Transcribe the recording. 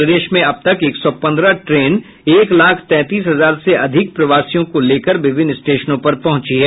प्रदेश में अबतक एक सौ पन्द्रह ट्रेन एक लाख तैंतीस हजार से अधिक प्रवासियों को लेकर विभिन्न स्टेशनों पर पहुंची है